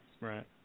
Right